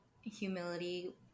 humility